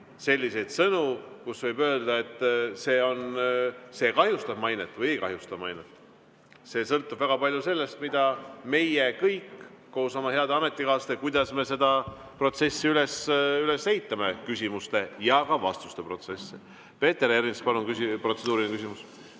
mille kohta võib öelda, et see kahjustab mainet või ei kahjusta mainet. See sõltub väga palju sellest, kuidas meie kõik koos oma heade ametikaaslastega seda protsessi üles ehitame, küsimuste ja ka vastuste protsessi. Peeter Ernits, palun, protseduuriline küsimus!